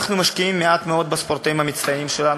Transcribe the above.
אנחנו משקיעים מעט מאוד בספורטאים המצטיינים שלנו.